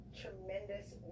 tremendous